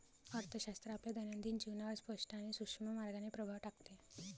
अर्थशास्त्र आपल्या दैनंदिन जीवनावर स्पष्ट आणि सूक्ष्म मार्गाने प्रभाव टाकते